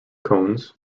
cones